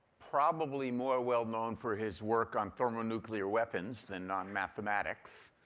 probably more well known for his work on thermonuclear weapons than on mathematics,